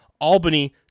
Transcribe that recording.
Albany